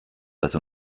was